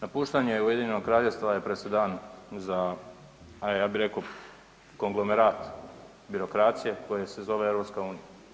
Napuštanje UK-a je presedan za, pa ja bi rekao konglomerat birokracije koja se zove EU.